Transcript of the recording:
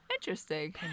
Interesting